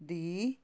ਦੀ